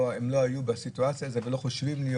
הם לא היו בסיטואציה הזו ולא חושבים להיות.